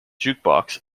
jukebox